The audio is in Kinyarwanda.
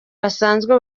basanzwe